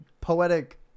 Poetic